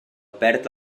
perd